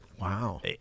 Wow